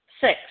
Six